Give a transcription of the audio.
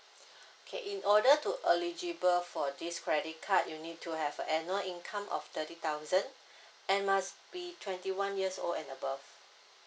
okay in order to eligible for this credit card you need to have a annual income of thirty thousand and must be twenty one years old and above